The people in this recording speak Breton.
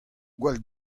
gwall